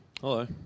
hello